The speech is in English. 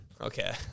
Okay